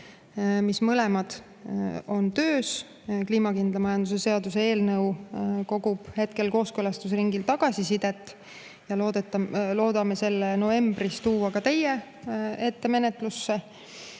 on mõlemad töös. Kliimakindla majanduse seaduse eelnõu kohta kogutakse hetkel kooskõlastusringil tagasisidet ja loodame selle novembris tuua teile menetlusse.